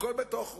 הכול בתוכו.